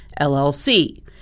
LLC